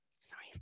sorry